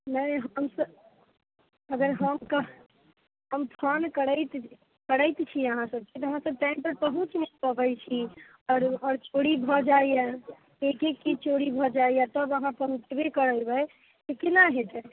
ने हम सब अगर हम हम फोन करैत करैत छी अहाँसबके तऽ अहाँ सब टाइमपर पहुँच नहि पबै छी आओर चोरी भऽ जाइए एक एक चीज चोरी भऽ जाइए तब अहाँ पहुँचबे करबै तऽ केना हेतै